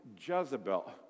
Jezebel